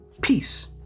peace